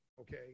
okay